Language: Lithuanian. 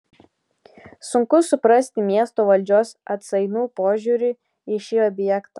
sunku suprasti miesto valdžios atsainų požiūrį į šį objektą